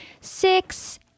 six